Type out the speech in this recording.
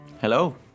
Hello